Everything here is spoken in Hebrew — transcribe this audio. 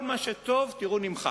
כל מה שטוב, תראו, נמחק.